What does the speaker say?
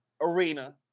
arena